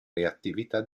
reattività